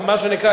מה שנקרא,